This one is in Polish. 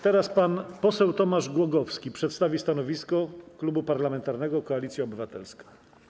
Teraz pan poseł Tomasz Głogowski przedstawi stanowisko Klubu Parlamentarnego Koalicja Obywatelska.